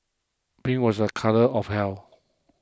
pink was a colour of health